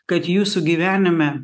kad jūsų gyvenime